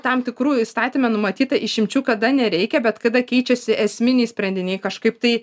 tam tikrų įstatyme numatyta išimčių kada nereikia bet kada keičiasi esminiai sprendiniai kažkaip tai